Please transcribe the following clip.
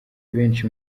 benshi